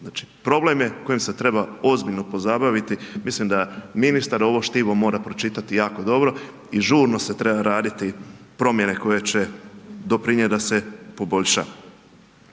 Znači, problem je kojem se treba ozbiljno pozabaviti, mislim da ministar ovo štivo mora pročitati jako dobro i žurno se treba raditi promjene koje će doprinijeti da se poboljša.